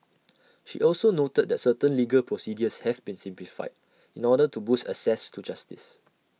she also noted that certain legal procedures have been simplified in order to boost access to justice